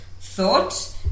thought